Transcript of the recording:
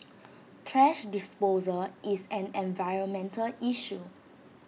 thrash disposal is an environmental issue